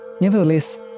Nevertheless